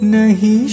Nahi